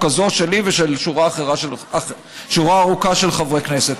הזו שלי ושל שורה ארוכה של חברי כנסת.